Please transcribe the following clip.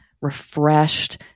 refreshed